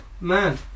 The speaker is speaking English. man